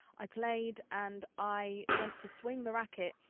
i played, and i went to swing the racquet,